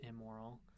immoral